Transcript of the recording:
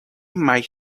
might